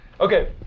Okay